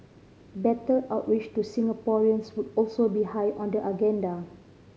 better outreach to Singaporeans would also be high on the agenda